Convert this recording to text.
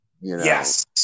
Yes